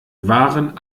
wahren